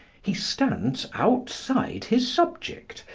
he stands outside his subject,